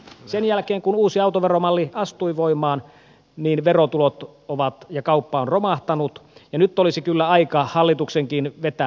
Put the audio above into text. sen jälkeen kun uusi autoveromalli astui voimaan verotulot ja kauppa ovat romahtaneet ja nyt olisi kyllä aika hallituksenkin vetää johtopäätökset